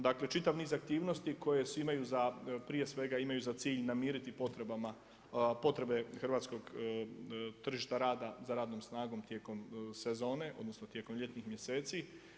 Dakle čitav niz aktivnosti koje imaju prije svega za cilj namiriti potreba hrvatskog tržišta rada za radnom snagom tijekom sezone odnosno tijekom ljetnih mjeseci.